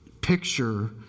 picture